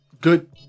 Good